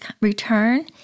return